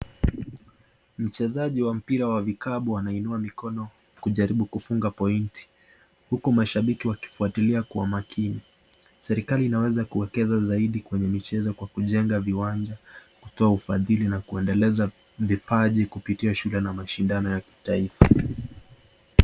Mchezaji wa mpira wa vikapu anainua mikono kujaribu kufunga pointi huku mashabiki wakifuatilia kwa makini. Serikali inaweza kuwekeza zaidi kwenye michezo kwa kujenga viwanja, kutoa ufadhili na kuendeleza vipaji kupitia shule na mashindano ya kitaifa.